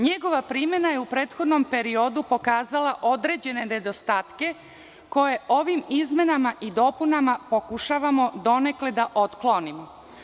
Njegova primena je u prethodnom periodu pokazala određene nedostatke koje ovim izmenama i dopunama pokušavamo donekle da otklonimo.